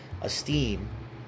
esteem